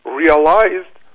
realized